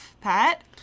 pat